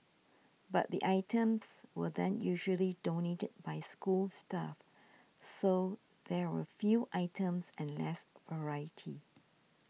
but the items were then usually donated by school staff so there were few items and less variety